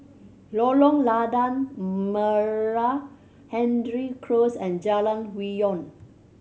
Lorong Lada Merah Hendry Close and Jalan Hwi Yoh